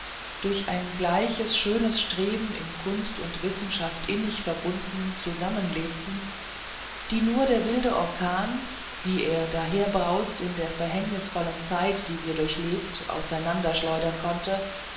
durch ein gleiches schönes streben in kunst und wissenschaft innig verbunden zusammenlebten die nur der wilde orkan wie er daherbrauste in der verhängnisvollen zeit die wir durchlebt auseinanderschleudern konnte